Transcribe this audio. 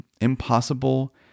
impossible